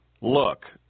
look